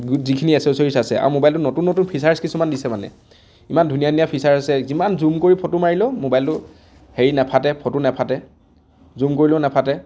যিখিনি এছেচ'ৰিচ আছে আৰু মোবাইলটোত নতুন নতুন ফিচাৰছ কিছুমান দিছে মানে ইমান ধুনীয়া ধুনীয়া ফিচাৰছ আছে যিমান জুম কৰি ফটো মাৰিলেও মোবাইলটো হেৰি নাফাটে ফটো নাফাটে জুম কৰিলেও নাফাটে